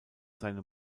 seine